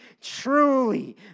Truly